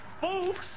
Folks